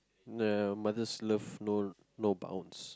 a mother's love know no bounds